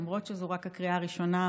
למרות שזו רק הקריאה הראשונה,